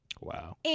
Wow